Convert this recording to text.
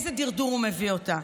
ולאיזה דרדור הוא מביא אותה.